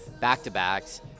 back-to-backs